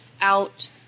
out